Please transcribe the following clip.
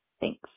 Thanks